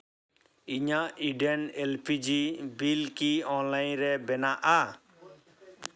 ᱤᱧᱟᱹᱜ Indane L P G bill ᱠᱤ online ᱨᱮ ᱵᱮᱱᱟᱜᱼᱟ